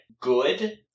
good